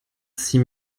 six